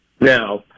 Now